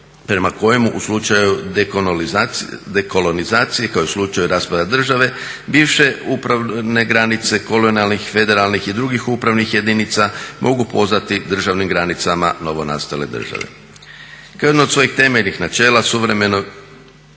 prema kojemu u slučaju dekolonizacije kao i u slučaju raspada države bivše upravne granice kolonijalnih, federalnih i drugih upravnih jedinica mogu pozvati državnim granicama novonastale države. Kao jedno od svojih temeljni načela suvremeno